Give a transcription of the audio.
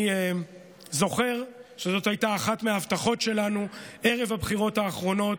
אני זוכר שזאת הייתה אחת מההבטחות שלנו ערב הבחירות האחרונות,